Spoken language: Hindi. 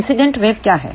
इंसीडेंट वेव क्या है